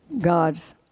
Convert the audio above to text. God's